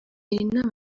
inama